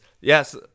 Yes